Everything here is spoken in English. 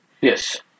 Yes